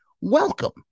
Welcome